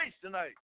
tonight